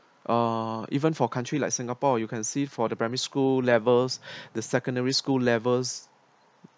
uh even for country like singapore you can see for the primary school levels the secondary school levels